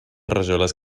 rajoles